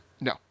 No